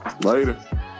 Later